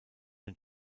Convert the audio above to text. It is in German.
den